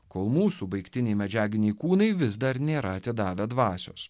kol mūsų baigtiniai medžiaginiai kūnai vis dar nėra atidavę dvasios